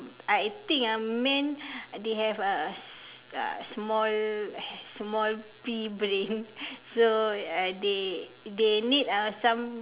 I think ah men they have a s~ uh small small pea brain so uh they they need ah some